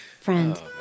friend